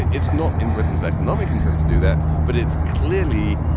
it's not in britain's economic interests to do that, but it's clearly,